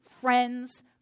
friends